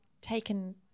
taken